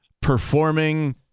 performing